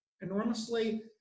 enormously